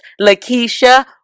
Lakeisha